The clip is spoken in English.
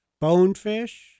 bonefish